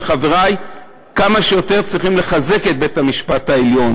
וחברי: צריכים לחזק כמה שיותר את בית-המשפט העליון,